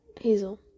hazel